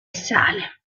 sale